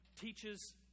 teaches